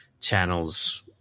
channels